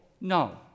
No